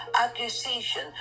accusation